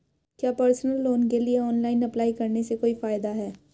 क्या personal loan के लिए ऑनलाइन अप्लाई करने से कोई फायदा है?